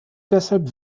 deshalb